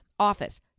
Office